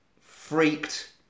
Freaked